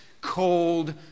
cold